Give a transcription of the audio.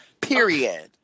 Period